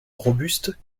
robuste